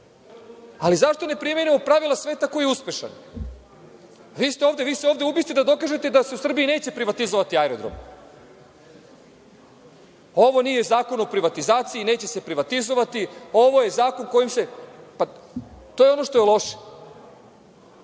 Ali, zašto ne primenimo pravila sveta koji je uspešan? Vi ste ovde ubiste da dokažete da se u Srbiji neće privatizovati aerodrom. Ovo nije Zakon o privatizaciji, neće se privatizovati, ovo je zakon kojim se … Pa, to je ono što je loše.